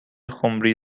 خمری